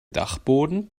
dachboden